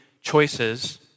choices